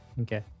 Okay